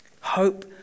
Hope